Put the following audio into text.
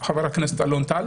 חבר הכנסת אלון טל,